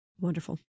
Wonderful